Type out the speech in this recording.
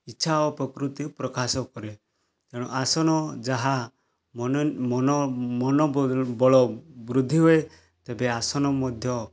ଇଚ୍ଛା ଓ ପ୍ରକୃତି ପ୍ରକାଶ କରେ ତେଣୁ ଆସନ ଯାହା ମନ ମନ ମନବଳ ବୃଦ୍ଧି ହୁଏ ତେବେ ଆସନ ମଧ୍ୟ